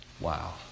Wow